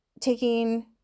taking